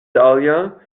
dahlia